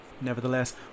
Nevertheless